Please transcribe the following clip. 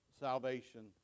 salvation